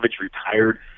retired